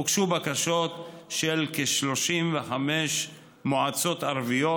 הוגשו בקשות של כ-35 מועצות ערביות,